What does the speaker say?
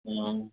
ह